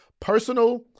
Personal